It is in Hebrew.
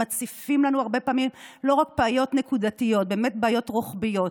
הן מציפות לנו הרבה פעמים לא רק בעיות נקודתיות אלא בעיות רוחביות.